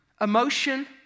emotion